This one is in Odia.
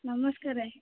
ନମସ୍କାର